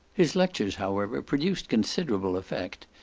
his lectures, however, produced considerable effect.